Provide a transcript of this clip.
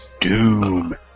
Doom